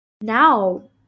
Now